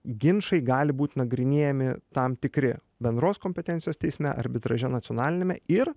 ginčai gali būti nagrinėjami tam tikri bendros kompetencijos teisme arbitraže nacionaliniame ir